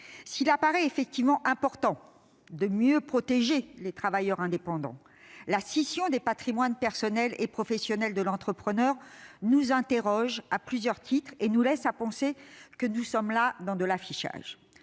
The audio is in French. S'il apparaît effectivement important de mieux protéger les travailleurs indépendants, la scission des patrimoines personnels et professionnels de l'entrepreneur nous interroge à plusieurs titres et nous laisse penser qu'il s'agit d'une mesure d'affichage.